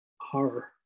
horror